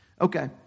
Okay